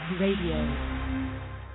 Radio